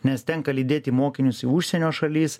nes tenka lydėti mokinius į užsienio šalis